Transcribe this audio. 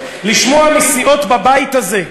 לשמוע מסיעות בבית הזה,